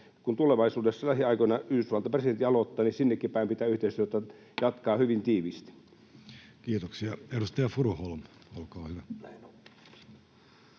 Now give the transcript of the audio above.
kun tulevaisuudessa lähiaikoina Yhdysvaltain presidentti aloittaa, niin sinnekin päin pitää yhteistyötä jatkaa hyvin tiiviisti. Kiitoksia. — Edustaja Furuholm, olkaa hyvä.